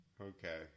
okay